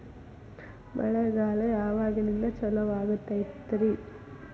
ಮಳೆಗಾಲ ಯಾವಾಗಿನಿಂದ ಚಾಲುವಾಗತೈತರಿ?